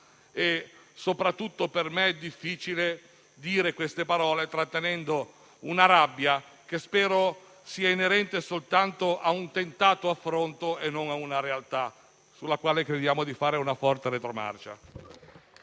è difficile per me pronunciare queste parole trattenendo una rabbia che - spero - sia inerente soltanto a un tentato affronto e non a una realtà, sulla quale crediamo di fare una forte retromarcia.